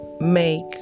make